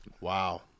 Wow